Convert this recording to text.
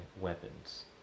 weapons